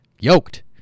yoked